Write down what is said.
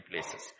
places